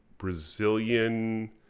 Brazilian